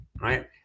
right